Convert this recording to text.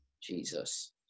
Jesus